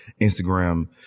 Instagram